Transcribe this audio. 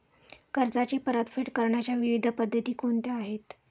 कर्जाची परतफेड करण्याच्या विविध पद्धती कोणत्या आहेत?